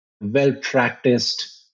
well-practiced